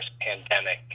pandemic